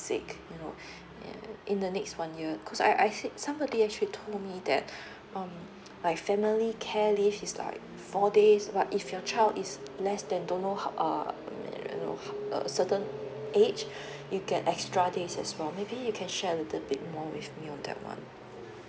sick you know in the next one year cause I I said somebody actually told me that um like family care leave is four days but if your child is less than don't know how um a a certain um age you get extra days as well maybe you can share a little bit more with me on that one